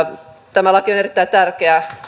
tämä laki on erittäin tärkeä